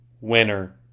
winner